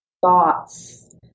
thoughts